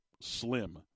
slim